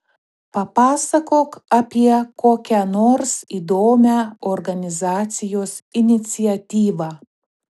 papasakok apie kokią nors įdomią organizacijos iniciatyvą